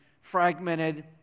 fragmented